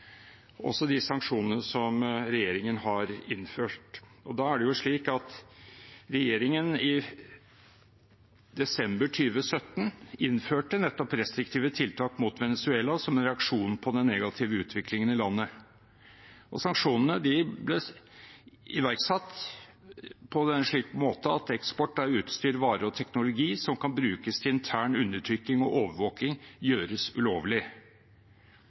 også de sanksjonene som regjeringen har innført. I desember 2017 innførte regjeringen restriktive tiltak mot Venezuela som en reaksjon på den negative utviklingen i landet. Sanksjonene ble iverksatt på en slik måte at eksport av utstyr, varer og teknologi som kan brukes til intern undertrykking og overvåking, gjøres ulovlig.